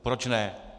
Proč ne?